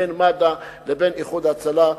בין מד"א לבין "איחוד הצלה".